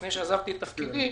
לפני שעזבתי את תפקידי,